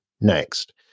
next